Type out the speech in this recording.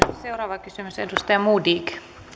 seuraava kysymys edustaja modig